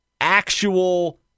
actual